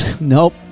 Nope